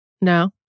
No